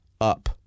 up